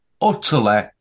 utterly